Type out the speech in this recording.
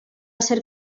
ser